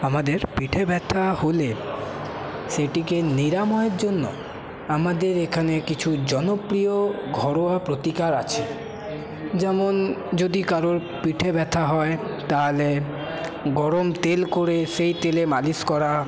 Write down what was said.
আমাদের পিঠে ব্যাথা হলে সেটিকে নিরাময়ের জন্য আমাদের এখানে কিছু জনপ্রিয় ঘরোয়া প্রতিকার আছে যেমন যদি কারো পিঠে ব্যাথা হয় তাহলে গরম তেল করে সেই তেলে মালিশ করা